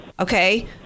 Okay